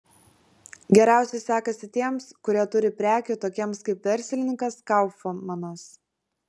geriausiai sekasi tiems kurie turi prekių tokiems kaip verslininkas kaufmanas